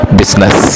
business